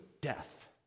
death